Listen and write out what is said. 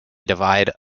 divide